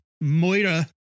Moira